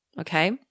okay